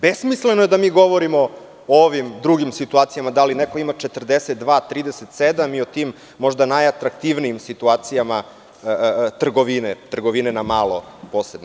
Besmisleno je da govorimo o ovim drugim situacijama, da li neko ima 42, 23 i o tim možda najatraktivnijim situacijama trgovine, trgovine na malo posebno.